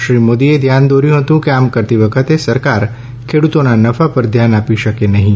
શ્રી મોદીએ ધ્યાન દોર્યું કે આમ કરતી વખતે સરકાર ખેડૂતોના નફા પર ધ્યાન આપી શકે નહીં